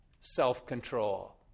self-control